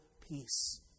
peace